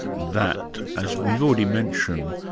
that, as we've already mentioned,